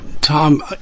tom